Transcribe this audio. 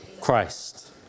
Christ